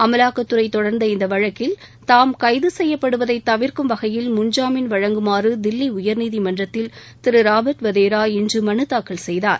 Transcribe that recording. அமலாக்கத்துறை தொடர்ந்த இந்த வழக்கில் தான் கைது செய்யப்படுவதை தவிர்க்கும் வகையில் முன்ஜாமீன் வழங்குமாறு தில்லி உயர்நீதிமன்றத்தில் ராபர்ட் வதேரா இன்று மனு தாக்கல் செய்தார்